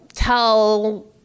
tell